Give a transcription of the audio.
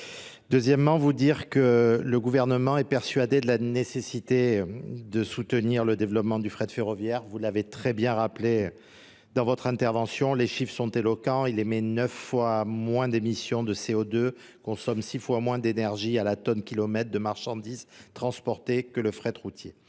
Deuxièmement, vous dire que le gouvernement est persuadé de la nécessité de soutenir le développement du frais de ferroviaire. Vous l'avez très bien rappelé. Dans votre intervention, les chiffres sont éloquents. Il émet neuf fois moins d'émissions de CO2, consomme six fois moins d'énergie à la tonne kilomètre de marchandises transportées que le fret routier.